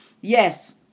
Yes